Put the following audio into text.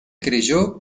creyó